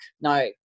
No